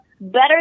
better